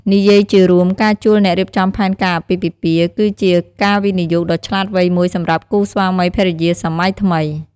និយាយជារួម ការជួលអ្នករៀបចំផែនការអាពាហ៍ពិពាហ៍គឺជាការវិនិយោគដ៏ឆ្លាតវៃមួយសម្រាប់គូស្វាមីភរិយាសម័យថ្មី។